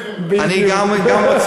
ברשותך,